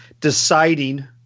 deciding